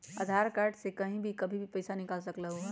आधार card से कहीं भी कभी पईसा निकाल सकलहु ह?